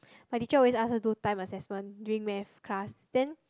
my teacher always ask us do time assessment during math class then